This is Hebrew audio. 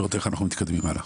ולראות איך אנחנו מתקדמים הלאה.